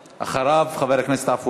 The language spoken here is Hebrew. אחריו, חבר הכנסת עפו